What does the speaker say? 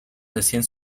hacían